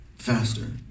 faster